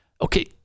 okay